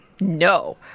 no